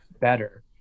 better